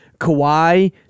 Kawhi